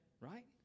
Right